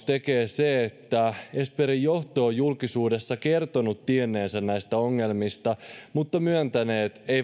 tekee se että esperin johto on julkisuudessa kertonut tienneensä näistä ongelmista mutta myöntänyt